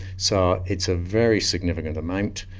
so it's a very significant amount.